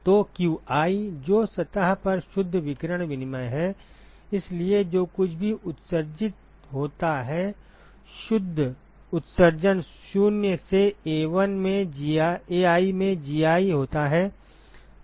तो qi जो सतह पर शुद्ध विकिरण विनिमय है इसलिए जो कुछ भी उत्सर्जित होता है शुद्ध उत्सर्जन शून्य से Ai में Gi होता है